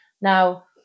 Now